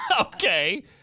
Okay